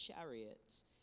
chariots